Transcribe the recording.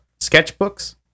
sketchbooks